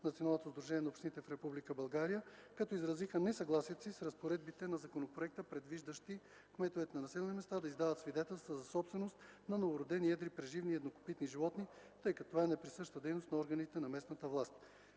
Националното сдружение на общините в Република България, като изразиха несъгласието си с разпоредбите на законопроекта, предвиждащи кметовете на населените места да издават свидетелства за собственост на новородени едри преживни и еднокопитни животни, тъй като това е неприсъща дейност на органите на местната власт.